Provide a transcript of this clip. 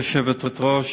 גברתי היושבת-ראש,